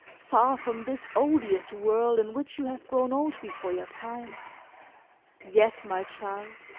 far from this odious world in which you have grown old before your time yes, my child,